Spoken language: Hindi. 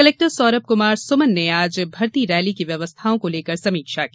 कलेक्टर सौरभ कुमार सुमन ने आज भर्ती रैली की व्यवस्थाओं को लेकर समीक्षा की